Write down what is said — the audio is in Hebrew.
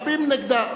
רבים נגדה,